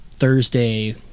Thursday